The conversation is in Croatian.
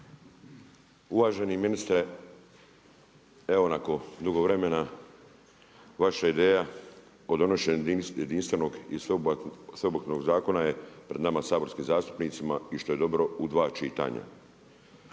Uvaženi ministre, evo nakon dugo vremena, vaša ideja o donošenju jedinstvenog i sveobuhvatnog zakona je pred nama saborskim zastupnicima i što je dobro u dva čitanja.